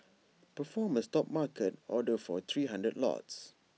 perform A stop market order for three hundred lots